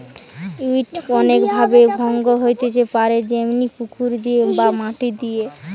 weed অনেক ভাবে ভঙ্গ হইতে পারে যেমনি পুকুর দিয়ে বা মাটি দিয়া